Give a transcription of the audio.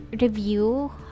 review